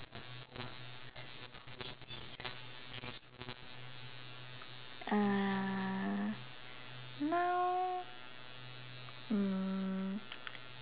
uh now mm